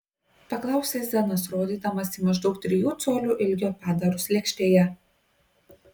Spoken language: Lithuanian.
paklausė zenas rodydamas į maždaug trijų colių ilgio padarus lėkštėje